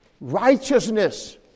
Righteousness